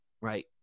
right